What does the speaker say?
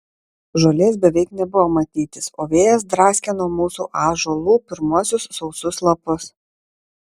žolės beveik nebuvo matytis o vėjas draskė nuo mūsų ąžuolų pirmuosius sausus lapus